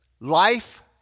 Life